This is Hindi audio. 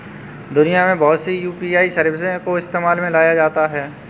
दुनिया में बहुत सी यू.पी.आई सर्विसों को इस्तेमाल में लाया जाता है